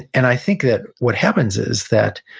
and i think that what happens is that,